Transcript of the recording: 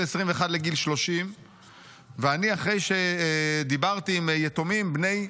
21 לגיל 30. אחרי שדיברתי עם יתומים בני 40,